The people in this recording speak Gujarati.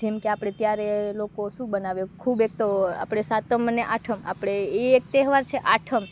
જેમકે આપણે ત્યારે લોકો શું બનાવે ખૂબ એક તો આપણે સાતમ અને આઠમ આપણે એ એક તહેવાર છે આઠમ